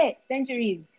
centuries